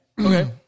Okay